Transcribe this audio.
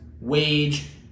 wage